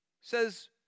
says